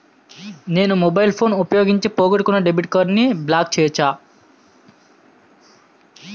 నేను mobile phone ఉపయోగించి పోగొట్టుకున్న డెబిట్ కార్డ్ని బ్లాక్ చేయవచ్చా?